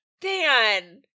Dan